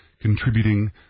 contributing